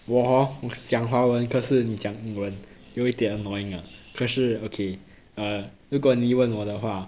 我 hor 讲华文可是你讲英文有一点 annoying ah 可是 okay err 如果你问我的话